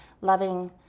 loving